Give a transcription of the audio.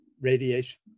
radiation